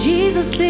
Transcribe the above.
Jesus